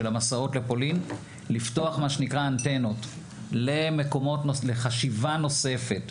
המסעות לפולין לפתוח מה שנקרא אנטנות לחשיבה נוספת.